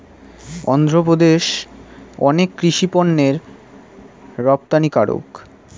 অন্ধ্রপ্রদেশ অনেক কৃষি পণ্যের রপ্তানিকারক